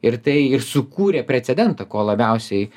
ir tai ir sukūrė precedentą ko labiausiai